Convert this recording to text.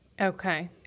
Okay